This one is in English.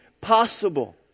possible